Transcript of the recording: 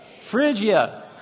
Phrygia